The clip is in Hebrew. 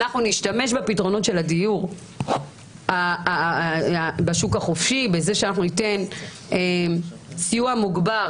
אנחנו נשתמש בפתרונות הדיור בשוק החופשי בזה שניתן סיוע מוגבר